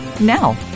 Now